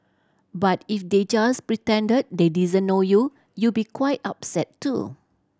but if they just pretended they didn't know you you be quite upset too